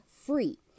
free